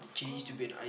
of course